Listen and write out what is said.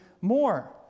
more